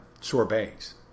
sorbets